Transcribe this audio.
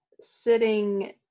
sitting